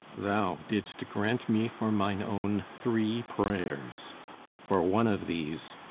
thou didst grant me for mine own three prayers for one of these,